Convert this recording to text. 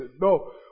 No